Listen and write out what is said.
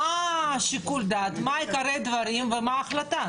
מה שיקול הדעת, מהם עיקריי הדברים ומה ההחלטה?